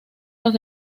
los